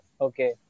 okay